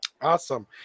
Awesome